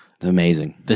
amazing